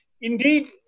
indeed